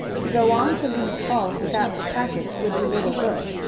to go on to lee's falls without the packet would do little good.